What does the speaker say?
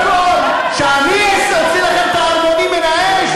שאני אוציא לכם את הערמונים מן האש,